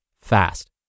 fast